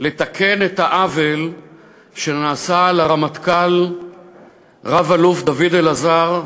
לתקן את העוול שנעשה לרמטכ"ל רב-אלוף דוד אלעזר,